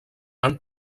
han